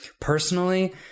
Personally